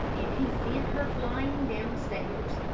and he sent her flying downstairs.